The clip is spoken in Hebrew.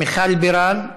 מיכל בירן,